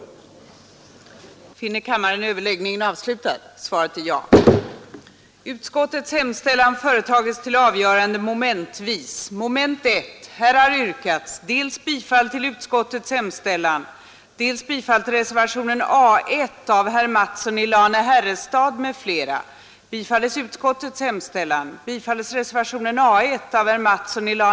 skedde förrän frågan varit föremål för grundlig utredning, 25